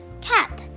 Cat